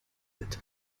alt